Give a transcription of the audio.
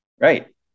right